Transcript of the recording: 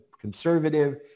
conservative